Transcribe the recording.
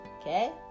Okay